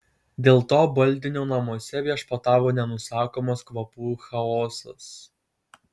dėl to baldinio namuose viešpatavo nenusakomas kvapų chaosas